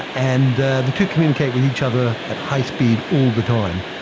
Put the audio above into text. and the the two communicate with each other at high speed all the time.